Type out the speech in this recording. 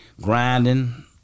grinding